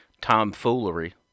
tomfoolery